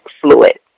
fluid